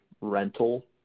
rental